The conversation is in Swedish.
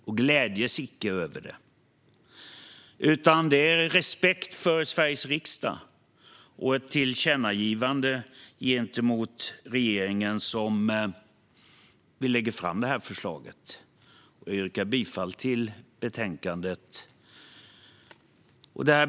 Vi glädes icke över det, utan det är av respekt för Sveriges riksdag och ett tillkännagivande gentemot regeringen som vi lägger fram detta betänkande och yrkar bifall till förslaget.